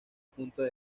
puntos